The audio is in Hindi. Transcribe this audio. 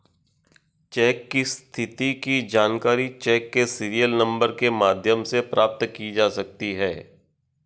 चेक की स्थिति की जानकारी चेक के सीरियल नंबर के माध्यम से प्राप्त की जा सकती है